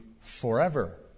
Forever